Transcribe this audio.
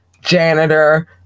janitor